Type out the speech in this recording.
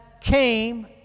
came